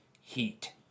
heat